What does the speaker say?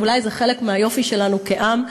ואולי זה חלק מהיופי שלנו כעם,